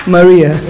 Maria